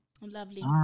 Lovely